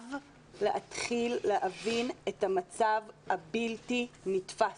חייב להתחיל להבין את המצב הבלתי נתפס.